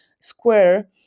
square